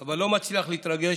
אבל לא מצליח להתרגש,